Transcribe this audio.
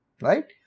right